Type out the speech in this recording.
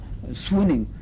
Swooning